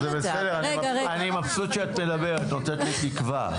זה בסדר, אני מבסוט שאת מדברת ונותנת לי תקווה.